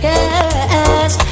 Yes